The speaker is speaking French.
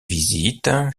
visites